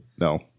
no